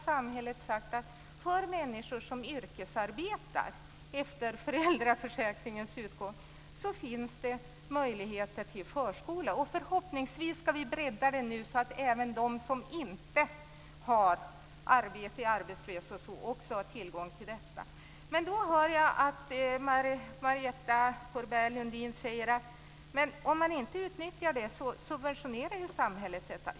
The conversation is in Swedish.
Samhället har sagt att för människor som yrkesarbetar efter föräldraförsäkringens utgång finns det möjligheter till förskola. Förhoppningsvis ska vi nu bredda den så att även de som inte har arbete, de arbetslösa och andra, också har tillgång till detta. Jag hör att Marietta de Pourbaix-Lundin säger att om man inte utnyttjar barnomsorgen så subventionerar ju samhället detta.